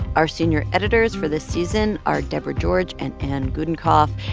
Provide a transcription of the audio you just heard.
our senior editors for this season are deborah george and anne gudenkauf.